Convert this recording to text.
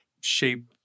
shape